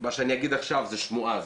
מה שאני אגיד עכשיו זה שמועה,